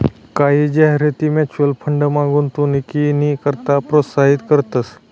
कायी जाहिराती म्युच्युअल फंडमा गुंतवणूकनी करता प्रोत्साहित करतंस